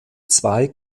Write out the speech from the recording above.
zwei